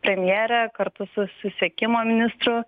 premjere kartu su susisiekimo ministru